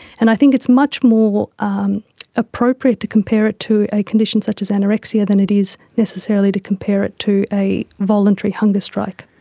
and i think it's much more um appropriate to compare it to a condition such as anorexia than it is necessarily to compare it to a voluntary hunger strike.